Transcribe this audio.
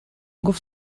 گفت